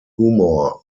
humor